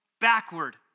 backward